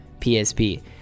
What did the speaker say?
PSP